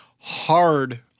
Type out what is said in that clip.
hard